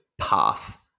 path